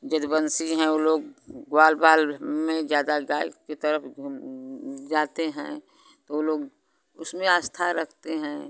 जदुबंसी हैं वो लोग ग्वाल बाल में ज़्यादा गाय के तरफ जाते हैं तो वो लोग उसमें आस्था रखते हैं